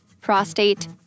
prostate